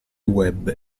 web